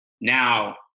Now